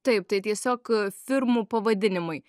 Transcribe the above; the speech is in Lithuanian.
taip tai tiesiog firmų pavadinimai